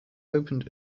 opened